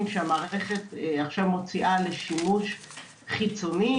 שהמערכת עכשיו מוציאה לשימוש חיצוני,